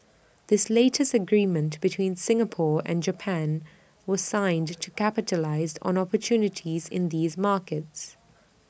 this latest agreement between Singapore and Japan was signed to capitalise on opportunities in these markets